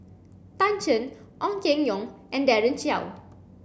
Tan Shen Ong Keng Yong and Daren Shiau